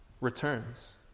returns